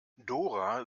dora